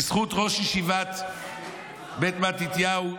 בזכות ראש ישיבת בית מתתיהו,